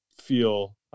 feel